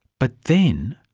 but then,